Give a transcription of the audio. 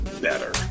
better